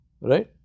right